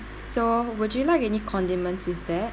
so would you like any condiments with that